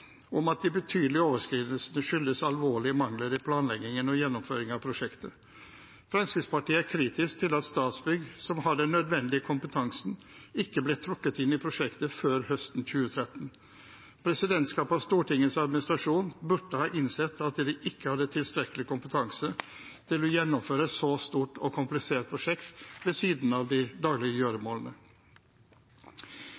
budsjettinnstilling, at de betydelige overskridelsene skyldes alvorlige mangler i planleggingen og gjennomføringen av prosjektet. Fremskrittspartiet er kritisk til at Statsbygg, som har den nødvendige kompetansen, ikke ble trukket inn i prosjektet før høsten 2013. Presidentskapet og Stortingets administrasjon burde ha innsett at de ikke hadde tilstrekkelig kompetanse til å gjennomføre et så stort og komplisert prosjekt ved siden av de daglige